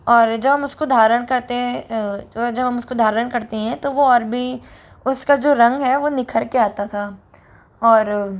और जब हम उसको धारण करते हैं जब हम उसको धारण करते हैं तो वो और भी उसका जो रंग है वो निखर के आता था और